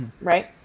Right